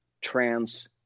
trans